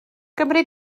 gymri